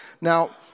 Now